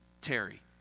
Terry